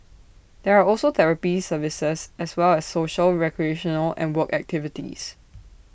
there are also therapy services as well as social recreational and work activities